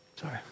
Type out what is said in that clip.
Sorry